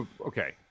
Okay